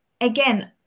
again